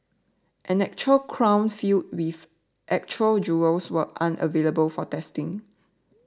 an actual crown filled with actual jewels were unavailable for testing